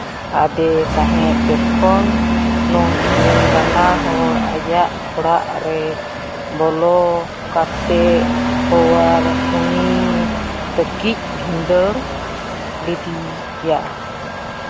ᱟᱫᱮ ᱛᱟᱦᱮᱸᱫ ᱡᱚᱠᱷᱚᱱ ᱱᱩᱠᱤᱱ ᱵᱟᱱᱟ ᱦᱚᱲ ᱟᱭᱟᱜ ᱚᱲᱟᱜ ᱨᱮ ᱵᱚᱞᱚ ᱠᱟᱛᱮᱫ ᱦᱳᱭᱟᱨ ᱩᱱᱤ ᱛᱟᱹᱠᱤᱡᱽ ᱵᱷᱤᱸᱫᱟᱹᱲ ᱞᱮᱫᱮᱭᱟ